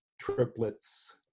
triplets